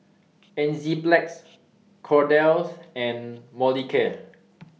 Enzyplex Kordel's and Molicare